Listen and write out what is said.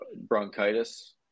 bronchitis